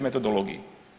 Metodologiji.